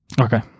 Okay